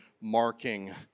marking